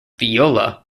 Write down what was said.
viola